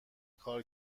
کار